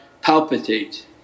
palpitate